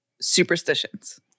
superstitions